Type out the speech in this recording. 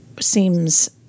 seems